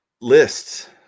Lists